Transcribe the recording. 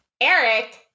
Eric